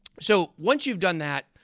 so, once you've done that,